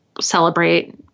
celebrate